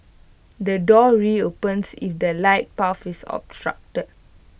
the doors reopens if the light path is obstructed